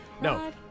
No